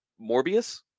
Morbius